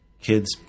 kids